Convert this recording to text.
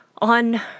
On